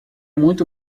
muito